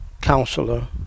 counselor